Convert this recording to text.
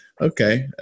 okay